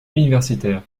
universitaires